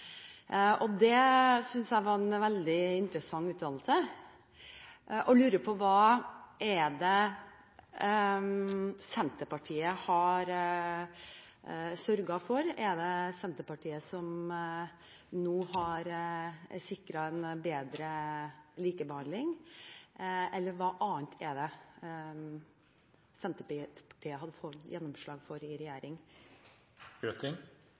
Det synes jeg var en veldig interessant uttalelse. Jeg lurer på hva det er Senterpartiet har sørget for? Er det Senterpartiet som nå har sikret en bedre likebehandling, eller hva annet er det Senterpartiet har fått gjennomslag for i